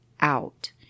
out